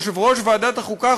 יושב-ראש ועדת החוקה,